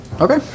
Okay